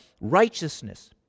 righteousness